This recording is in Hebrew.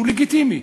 שהוא לגיטימי,